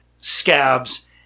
scabs